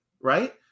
right